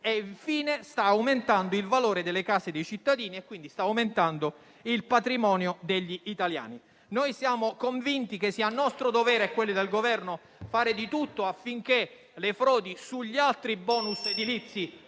infine, sta aumentando il valore delle case dei cittadini e quindi il patrimonio degli italiani. Noi siamo convinti che sia nostro dovere e dovere del Governo fare di tutto affinché le frodi sugli altri *bonus* edilizi